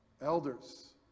Elders